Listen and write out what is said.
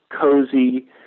cozy